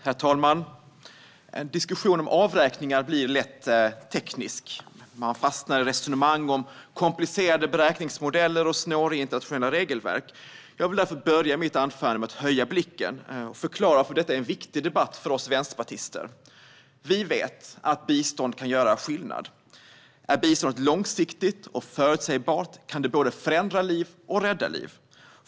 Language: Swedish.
Herr talman! En diskussion om avräkningar blir lätt teknisk. Den fastnar i resonemang om komplicerade beräkningsmodeller och snåriga internationella regelverk. Jag vill därför börja mitt anförande med att höja blicken och förklara varför detta är en viktig debatt för oss vänsterpartister. Vi vet att bistånd kan göra skillnad. Är biståndet långsiktigt och förutsägbart kan det både förändra liv och rädda liv.